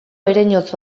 ereinotz